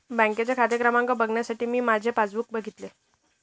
बँकेचा खाते क्रमांक बघण्यासाठी मी माझे पासबुक बघितले